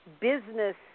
business